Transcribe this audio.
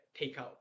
takeout